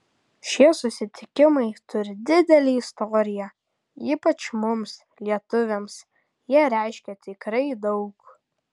šie susitikimai turi didelę istoriją ypač mums lietuviams jie reiškia tikrai daug